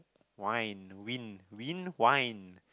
wine wind wind wine